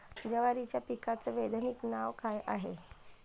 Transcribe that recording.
जवारीच्या पिकाचं वैधानिक नाव का हाये?